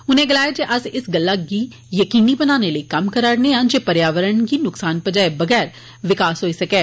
उनें गलाया जे अस इस गल्ला गी जकीनी बनाने लेई कम्म करा'रदे आं जे पर्यावरण गी नसकान पजाए बगैर विकास होई सकै